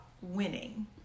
winning